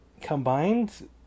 combined